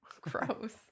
Gross